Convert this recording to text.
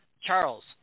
Charles